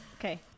Okay